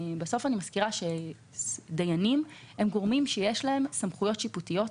אני מזכירה שדיינים הם גורמים שיש להם סמכויות שיפוטיות,